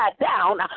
down